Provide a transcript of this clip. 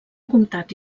comtat